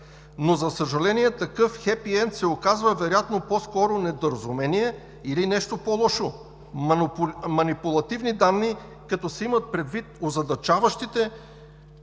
но, за съжаление, такъв хепиенд се оказва вероятно по-скоро недоразумение, или нещо по-лошо – манипулативни данни, като се имат предвид озадачаващите